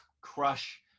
crush